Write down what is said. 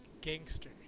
gangster